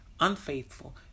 unfaithful